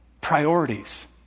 Priorities